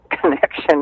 connection